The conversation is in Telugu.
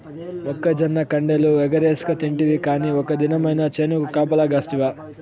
మొక్కజొన్న కండెలు ఎగరేస్కతింటివి కానీ ఒక్క దినమైన చేనుకు కాపలగాస్తివా